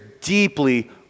deeply